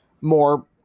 more